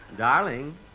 Darling